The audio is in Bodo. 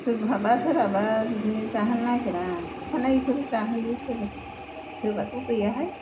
सोरहाबा सोरहाबा बिदिनो जाहोनो नागिरा अखानायैफोर जाहोयो सोरबा सोरबा सोरबाथ' गैयाहाय